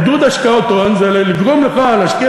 עידוד השקעות הון זה לגרום לך להשקיע